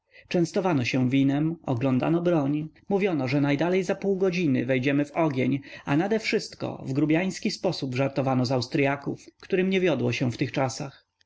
ruch częstowano się winem oglądano broń mówiono że najdalej za pół godziny wejdziemy w ogień a nadewszystko w grubijański sposób żartowano z austryaków którym nie wiodło się w tych czasach